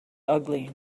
ugly